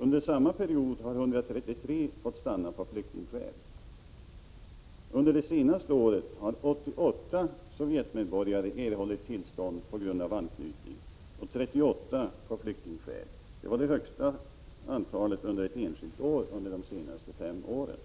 Under samma period har 133 sovjetiska medborgare fått stanna av flyktingskäl. Under det senaste året har 88 Sovjetmedborgare erhållit uppehållstillstånd på grund av anknytning och 38 av flyktingskäl. Detta var det högsta antalet ett enskilt år under de senaste fem åren.